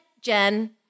Jen